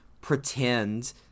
pretend